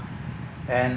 and